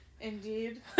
Indeed